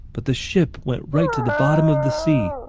but the ship went right to the bottom of the sea,